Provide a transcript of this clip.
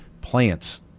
plants